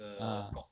ah